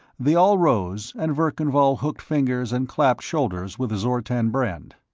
they all rose, and verkan vall hooked fingers and clapped shoulders with zortan brend.